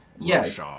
yes